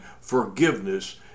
forgiveness